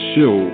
Show